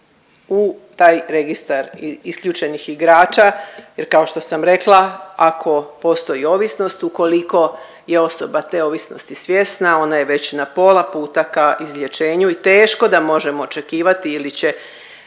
u taj Registar isključenih igrača jer kao što sam rekla, ako postoji ovisnost, ukoliko je osoba te ovisnosti svjesna, ona je već na pola puta ka izlječenju i teško da možemo očekivati ili će